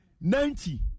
ninety